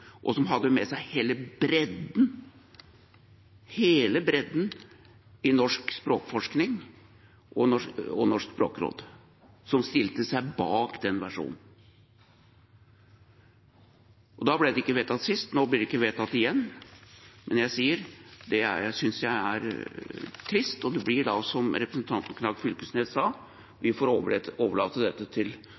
og som hadde med seg hele bredden – hele bredden – i norsk språkforskning og Norsk Språkråd, som stilte seg bak den versjonen. Det ble ikke vedtatt sist, og det blir ikke vedtatt nå. Det synes jeg er trist. Det blir da som representanten Knag Fylkesnes sa: Vi får overlate det til de kommende storting, for vi kommer ikke til